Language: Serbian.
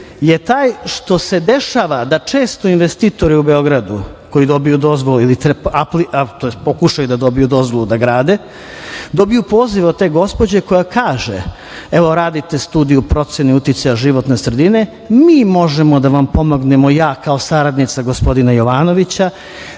je taj što se dešava da često investitori u Beogradu, koji dobiju dozvolu ili pokušaju da dobiju dozvolu da grade, dobiju poziv od te gospođe koja kaže – evo radite studiju procene uticaja životne sredine, mi možemo da vam pomognemo, ja kao saradnica gospodina Jovanovića,